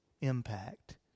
impact